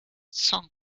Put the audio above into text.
song